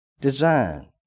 design